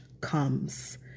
comes